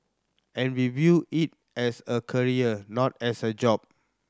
and we view it as a career not as a job